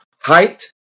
Height